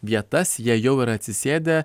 vietas jei jau yra atsisėdę